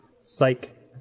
Psych